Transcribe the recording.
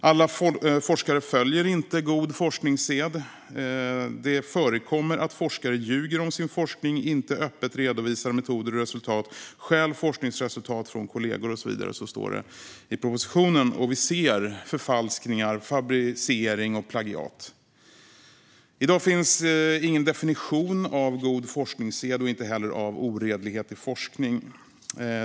Alla forskare följer inte god forskningssed. "Det förekommer att forskare ljuger om sin forskning, inte öppet redovisar metoder och resultat, stjäl forskningsresultat från andra osv.", står det i propositionen. Det förekommer också förfalskningar, fabricering och plagiat. I dag finns det inte någon definition av "god forskningssed" och inte heller av "oredlighet i forskning".